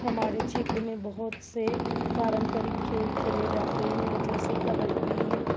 हमारे क्षेत्र में बहुत से पारम्परिक खेल खेले जाते हैं जैसे कबड्डी